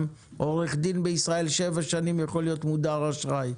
גם עורך דין בישראל שבע שנים יכול להיות מודר אשראי.